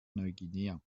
neuguinea